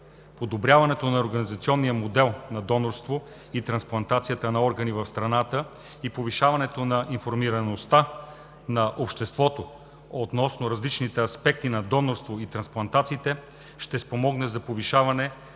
Подобряването на организационния модел на донорството и трансплантацията на органи в страната и повишаването на информираността на обществото относно различните аспекти на донорство и трансплантациите ще спомогне за повишаване на броя на органите